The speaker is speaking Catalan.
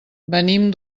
venim